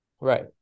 Right